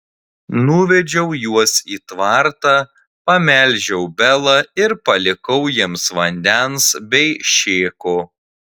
nuvedžiau juos į tvartą pamelžiau belą ir palikau jiems vandens bei šėko